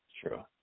True